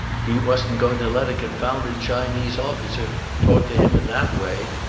he wasn't going to let a confounded chinese officer talk to him in that way.